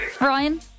Ryan